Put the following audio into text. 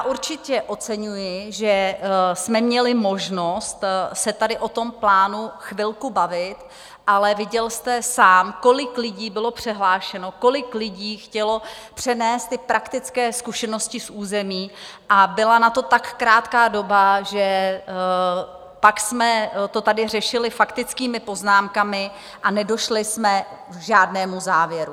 Určitě oceňuji, že jsme měli možnost se tady o tom plánu chvilku bavit, ale viděl jste sám, kolik lidí bylo přihlášeno, kolik lidí chtělo přenést praktické zkušenosti z území, a byla na to tak krátká doba, že pak jsme to tady řešili faktickými poznámkami a nedošli jsme k žádnému závěru.